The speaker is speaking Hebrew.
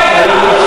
גפני.